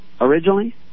originally